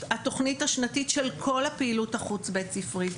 התוכנית השנתית של כל הפעילות החוץ בית ספרית,